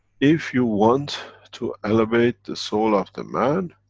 if you want to elevate the soul of the man,